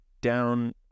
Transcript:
down